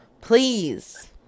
please